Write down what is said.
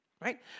right